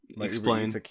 explain